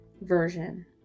version